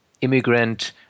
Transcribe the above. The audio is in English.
immigrant